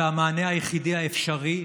והמענה היחידי האפשרי,